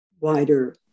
wider